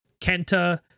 Kenta